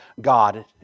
God